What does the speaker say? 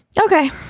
Okay